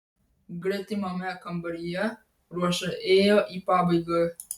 gretimame kambaryje ruoša ėjo į pabaigą